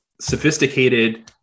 sophisticated